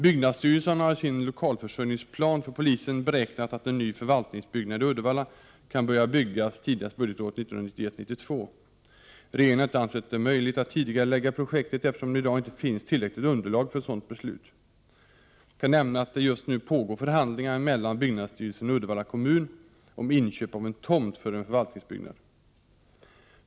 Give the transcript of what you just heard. Byggnadsstyrelsen har i sin lokalförsörjningsplan för polisen beräknat att en ny förvaltningsbyggnad i Uddevalla kan börja byggas tidigast budgetåret 1991/92. Regeringen har inte ansett det möjligt att tidigarelägga projektet eftersom det i dag inte finns tillräckligt underlag för ett sådant beslut. Jag kan nämna att det just nu pågår förhandlingar mellan byggnadsstyrelsen och Uddevalla kommun om inköp av en tomt för en förvaltningsbyggnad.